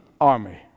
Army